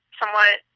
somewhat